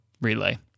Relay